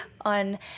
on